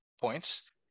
points